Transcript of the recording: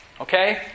okay